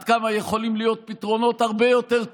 עד כמה יכולים להיות פתרונות הרבה יותר טובים,